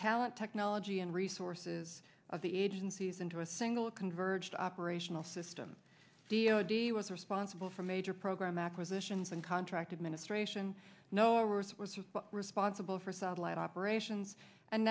talent technology and resources of the agencies into a single converged operational system d o d was responsible for major program acquisitions and contract administration no earth was responsible for satellite operations and